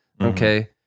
Okay